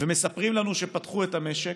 ומספרים לנו שפתחו את המשק.